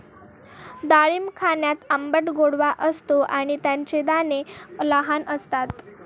डाळिंब खाण्यात आंबट गोडवा असतो आणि त्याचे दाणे लहान असतात